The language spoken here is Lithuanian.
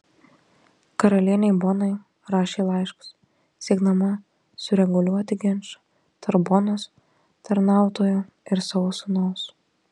karalienei bonai rašė laiškus siekdama sureguliuoti ginčą tarp bonos tarnautojo ir savo sūnaus